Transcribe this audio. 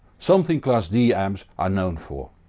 something class d amps are known for.